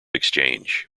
exchange